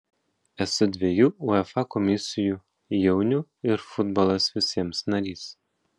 esu dviejų uefa komisijų jaunių ir futbolas visiems narys